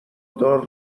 دار